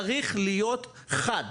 צריך להיות חד,